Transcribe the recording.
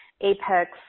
apex